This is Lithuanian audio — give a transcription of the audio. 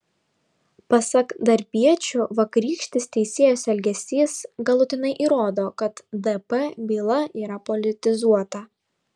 pasak darbiečių vakarykštis teisėjos elgesys galutinai įrodo kad dp byla yra politizuota